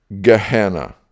Gehenna